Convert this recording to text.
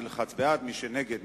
מי שנגד,